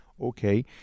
okay